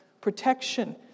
protection